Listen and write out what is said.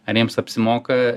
ar jiems apsimoka